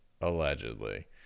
Allegedly